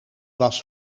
was